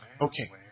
Okay